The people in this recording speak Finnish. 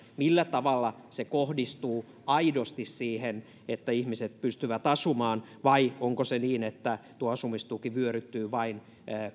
millä tavalla se kohdistuu aidosti siihen että ihmiset pystyvät asumaan vai onko se niin että tuo asumistuki vain vyöryttyy